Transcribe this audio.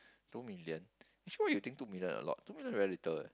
two million actually why you think two million a lot two million very little eh